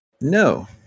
No